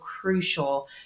crucial